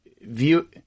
view